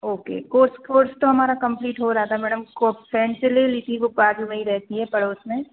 okay course course तो हमारा complete हो रहा था मैडम को फ्रेंड से ले ली थी वो पास में वहीं रहती है पड़ोस में